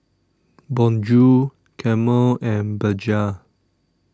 Bonjour Camel and Bajaj